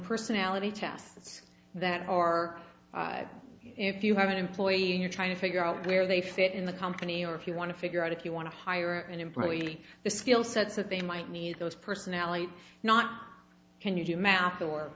personality tests that are if you have an employer you're trying to figure out where they fit in the company or if you want to figure out if you want to hire an employee the skill sets that they might need those personality not can you do math or